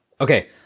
Okay